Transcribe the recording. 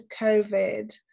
COVID